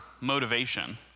motivation